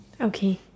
Okay